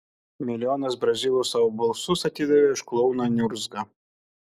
milijonas brazilų savo balsus atidavė už klouną niurzgą